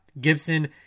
Gibson